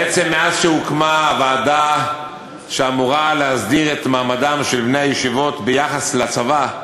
בעצם מאז הוקמה הוועדה שאמורה להסדיר את מעמד בני הישיבות ביחס לצבא,